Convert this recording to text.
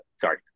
sorry